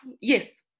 yes